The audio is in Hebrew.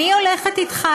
אני הולכת אתך,